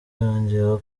yongeyeho